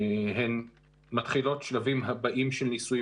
הן מתחילות את השלבים הבאים של הניסויים